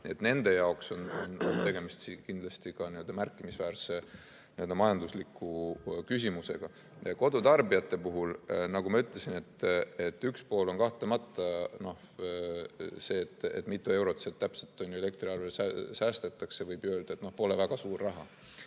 nende jaoks on tegemist kindlasti märkimisväärse majandusliku küsimusega. Kodutarbijate puhul, nagu ma ütlesin, üks pool on kahtlemata see, et mitu eurot nad elektriarvelt säästavad – võib ju öelda, et pole väga suur raha.